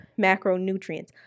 macronutrients